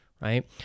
Right